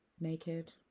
naked